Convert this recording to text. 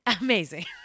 Amazing